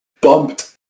bumped